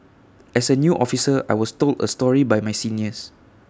as A new officer I was told A story by my seniors